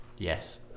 Yes